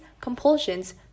compulsions